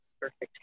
perfect